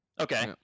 Okay